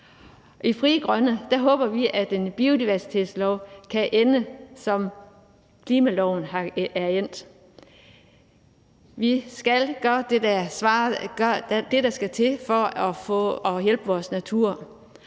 I Frie Grønne håber vi, at en biodiversitetslov kan ende sådan, som klimaloven er endt. Vi skal gøre det, der skal til, for at hjælpe vores natur,